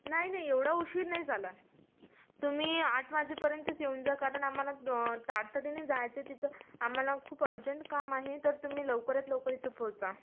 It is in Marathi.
नाही नाही एवढा उशीर नाही झाला तुम्ही आठ वाजेपर्यंतच येऊन जा कारण आम्हाला द तातडीने जायचं आहे तिथं आम्हाला खूप अर्जंट काम आहे तर तुम्ही लवकरात लवकर इथं पोचा